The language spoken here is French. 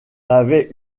avait